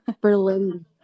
Berlin